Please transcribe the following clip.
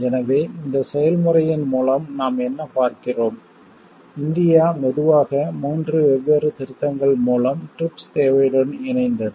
எனவே இந்த செயல்முறையின் மூலம் நாம் என்ன பார்க்கிறோம் இந்தியா மெதுவாக மூன்று வெவ்வேறு திருத்தங்கள் மூலம் TRIPS தேவையுடன் இணைந்தது